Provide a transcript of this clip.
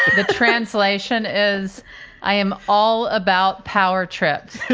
the translation is i am all about power trips